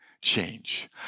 change